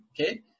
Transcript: okay